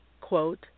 quote